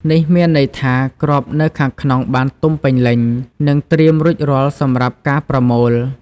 នេះមានន័យថាគ្រាប់នៅខាងក្នុងបានទុំពេញលេញ និងត្រៀមរួចរាល់សម្រាប់ការប្រមូល។